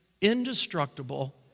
indestructible